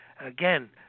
again